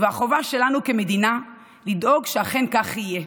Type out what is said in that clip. והחובה שלנו כמדינה לדאוג שאכן כך יהיה,